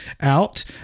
out